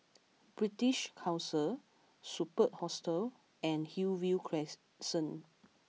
British Council Superb Hostel and Hillview Crescent